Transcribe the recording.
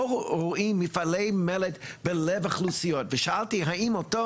רואים מפעלי מלט בלב האוכלוסיות ושאלתי האם אותו